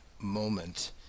moment